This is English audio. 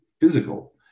physical